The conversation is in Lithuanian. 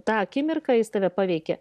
tą akimirką jis tave paveikia